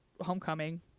homecoming